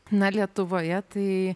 na lietuvoje tai